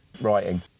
writing